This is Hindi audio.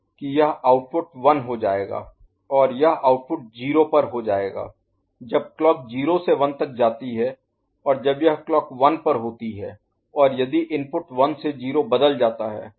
कि यह आउटपुट 1 हो जाएगा और यह आउटपुट 0 पर हो जाएगा जब क्लॉक 0 से 1 तक जाती है और जब यह क्लॉक 1 पर होती है और यदि इनपुट 1 से 0 बदल जाता है